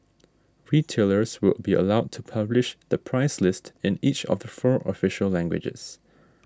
retailers will be allowed to publish the price list in each of the four official languages